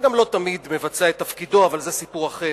שגם לא תמיד מבצע את תפקידו, אבל זה סיפור אחר,